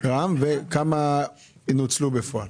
וכמה נוצלו בפועל?